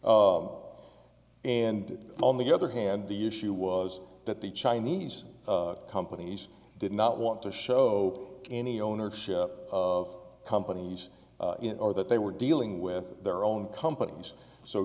and on the other hand the issue was that the chinese companies did not want to show any ownership of companies or that they were dealing with their own companies so